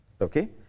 okay